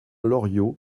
loriot